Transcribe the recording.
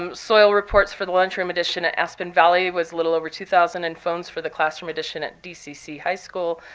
um soil reports for the lunchroom addition at aspen valley was a little over two thousand, and phones for the classroom addition at dcc high school,